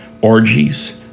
orgies